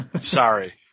Sorry